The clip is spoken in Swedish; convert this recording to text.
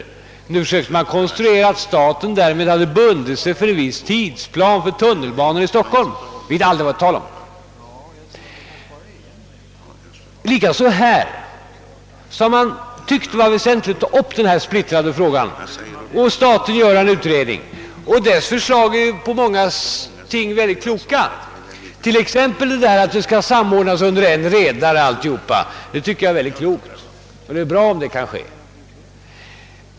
Man försöker också påstå att staten därmed också bundit sig för en viss tidsplan beträffande tunnelbanorna i Stockholm. Det har det aldrig varit tal om. Man har också tyckt det varit väsentligt att ta upp denna splittrade fråga och låta staten göra en utredning. Dessa förslag är i många avseenden mycket kloka, t.ex. att allt bör samordnas under en redare. Jag tycker detta är klokt, och det vore bra om det kunde genomföras.